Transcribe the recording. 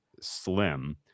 slim